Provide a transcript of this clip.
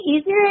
easier